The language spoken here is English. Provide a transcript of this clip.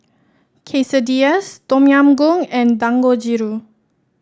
Quesadillas Tom Yam Goong and Dangojiru